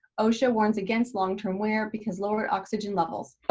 ohsa warns against longterm wear because lowered oxygen levels.